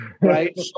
right